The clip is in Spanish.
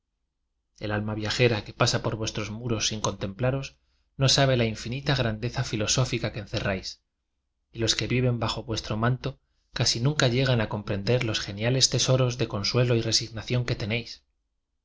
el alma viajera que pasa por vuestros muros sin contemplaros no sabe la infinita grandeza filosófica que encerráis y los que viven bajo vuestro manto casi nunca llegan a comprender los geniales tesoros de con suelo y resignación que tenéis